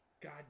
God